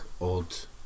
old